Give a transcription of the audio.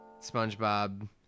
SpongeBob